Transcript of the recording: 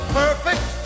perfect